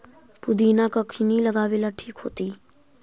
पुदिना कखिनी लगावेला ठिक होतइ?